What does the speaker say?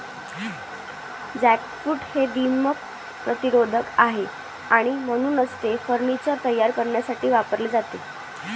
jackfruit हे दीमक प्रतिरोधक आहे आणि म्हणूनच ते फर्निचर तयार करण्यासाठी वापरले जाते